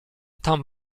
tam